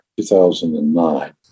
2009